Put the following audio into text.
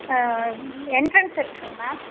entrance இருக்குதுங்க ma'am